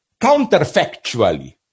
counterfactually